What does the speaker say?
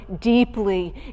deeply